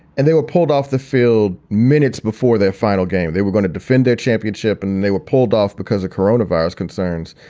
and they were pulled off the field minutes before their final game. they were going to defend their championship and and they were pulled off because of corona virus concerns.